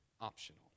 optional